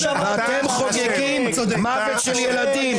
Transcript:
אתם חוגגים מוות של ילדים.